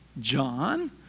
John